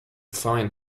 find